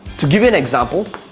to give you an example,